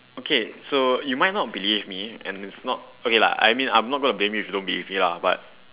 okay so you might not believe me and it's not okay lah I mean I'm not going to blame you for not believe me lah but